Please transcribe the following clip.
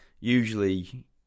usually